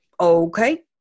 okay